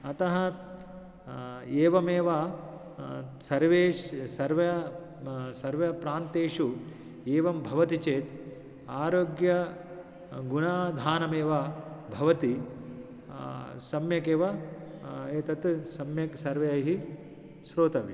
अतः एवमेव सर्वेश् सर्व सर्वप्रान्तेषु एवं भवति चेत् आरोग्यं गुणाधानमेव भवति सम्यकेव एतत् सम्यक् सर्वैः श्रोतव्यम्